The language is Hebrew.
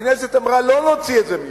הכנסת אמרה: לא נוציא את זה מידינו,